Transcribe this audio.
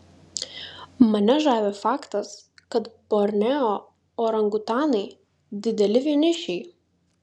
mane žavi faktas kad borneo orangutanai dideli vienišiai